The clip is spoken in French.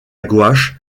gouache